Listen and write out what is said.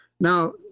Now